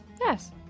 Yes